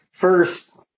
first